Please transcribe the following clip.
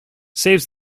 saves